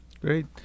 Great